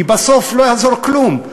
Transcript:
כי בסוף לא יעזור כלום,